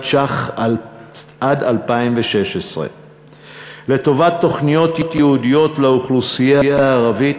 שקלים עד 2016 לטובת תוכניות ייעודיות לאוכלוסייה הערבית.